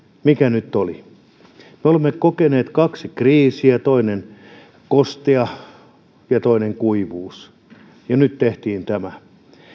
mikä nyt oli me olemme kokeneet kaksi kriisiä toinen kosteus ja toinen kuivuus ja nyt tehtiin tämä